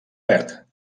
verd